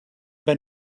been